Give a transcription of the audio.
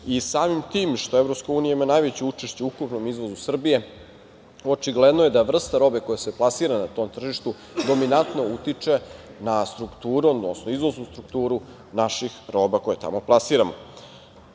Samim tim što Evropska unija ima najveće učešće u ukupnom izvozu Srbije, očigledno je da vrsta robe koja se plasira na tom tržištu dominantno utiče na izvoznu strukturu naših roba koje tamo plasiramo. Kada